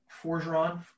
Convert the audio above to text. Forgeron